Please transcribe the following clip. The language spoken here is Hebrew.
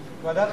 והביטחון,